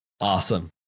awesome